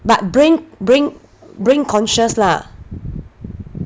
but brain brain brain conscious lah